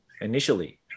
initially